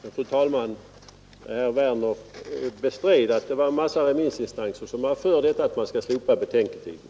Fru talman! Herr Werner i Malmö bestred att det var en massa remissinstanser som var för att slopa betänketiden.